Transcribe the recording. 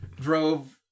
drove